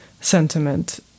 sentiment